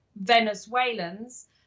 Venezuelans